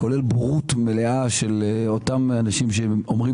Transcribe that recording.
כולל בורות מלאה של אותם אנשים שאומרים